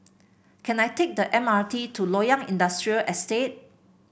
can I take the M R T to Loyang Industrial Estate